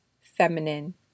feminine